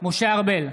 משה ארבל,